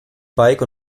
bike